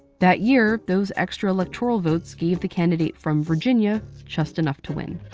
that year, those extra electoral votes gave the candidate from virginia just enough to win.